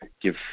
give